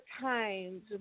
times